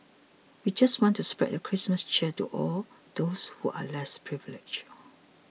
we just want to spread the Christmas cheer to all those who are less privileged